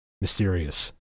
mysterious